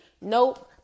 Nope